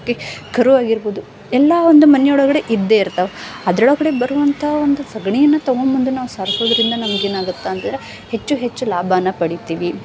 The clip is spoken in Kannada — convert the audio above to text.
ಮತ್ತು ಕರು ಆಗಿರ್ಬೋದು ಎಲ್ಲಾ ಒಂದು ಮನೆ ಒಳಗಡೆ ಇದ್ದೇ ಇರ್ತವೆ ಅದರೊಳಗಡೆ ಬರುವಂಥ ಒಂದು ಸಗಣಿಯನ್ನ ತೊಗೊಂಡು ಬಂದು ನಾವು ಸಾರ್ಸೋದರಿಂದ ನಮಗೇನಾಗುತ್ತೆ ಅಂದ್ರೆ ಹೆಚ್ಚು ಹೆಚ್ಚು ಲಾಭನ ಪಡಿತೀವಿ